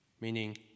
meaning